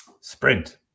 sprint